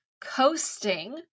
coasting